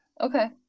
Okay